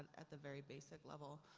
at the very basic level.